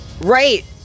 Right